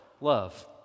love